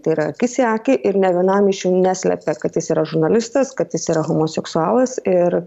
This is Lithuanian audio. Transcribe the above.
tai yra akis į akį ir nė vienam iš jų neslepia kad jis yra žurnalistas kad jis yra homoseksualas ir